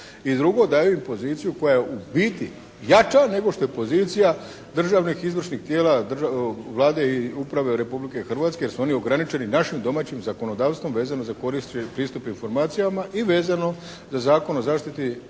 i drugo, daju im poziciju koja je u biti jača nego što je pozicija državnih izvršnih tijela Vlade i uprave Republike Hrvatske jer su oni ograničeni našim domaćim zakonodavstvom vezano za … i pristup informacijama i vezano za Zakon o zaštiti podataka